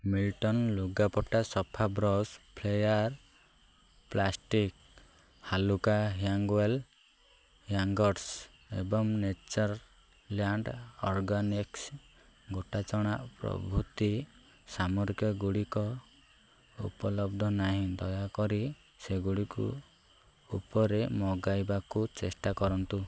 Milton ଲୁଗାପଟା ସଫା brush Flair plastic ହାଲୁକା ହ୍ୟାଙ୍ଗ୍ୱେଲ୍ ହ୍ୟାଙ୍ଗର୍ସ୍ ଏବଂ ନେଚର୍ଲ୍ୟାଣ୍ଡ୍ ଅର୍ଗାନିକ୍ସ୍ ଗୋଟା ଚଣା ପ୍ରଭୃତି ସାମଗ୍ରୀଗୁଡ଼ିକ ଉପଲବ୍ଧ ନାହିଁ ଦୟାକରି ସେଗୁଡ଼ିକୁ ଉପରେ ମଗାଇବାକୁ ଚେଷ୍ଟା କରନ୍ତୁ